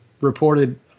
reported